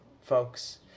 folks